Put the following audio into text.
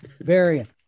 variant